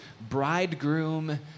bridegroom